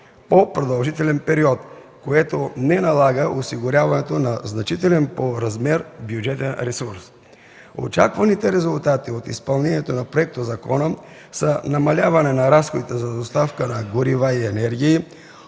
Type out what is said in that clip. по- продължителен период, което не налага осигуряването на значителен по размер бюджетен ресурс. Очакваните резултати от изпълнението на законопроекта са намаляване на разходите за доставка на горива и енергии;